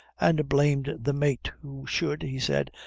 and blamed the mate, who should, he said,